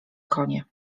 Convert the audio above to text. konie